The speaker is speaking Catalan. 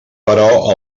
però